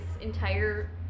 entire